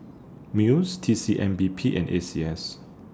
Muis T C M P B and A C S